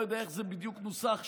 לא יודע איך זה בדיוק נוסח שם.